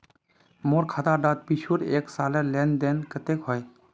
मोर खाता डात पिछुर एक सालेर लेन देन कतेक होइए?